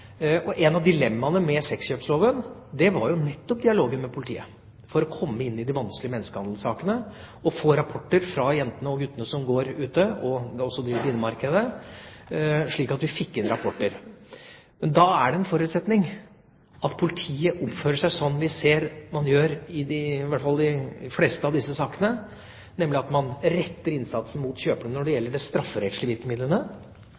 av dilemmaene med sexkjøploven var jo nettopp dialogen med politiet, for å komme inn i de vanskelige menneskehandelsakene og få rapporter fra jentene og guttene som går ute, og også de på innemarkedet. Men da er det en forutsetning at politiet oppfører seg sånn vi ser man gjør i hvert fall i de fleste av disse sakene, nemlig at man retter innsatsen mot kjøperne når det